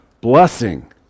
blessing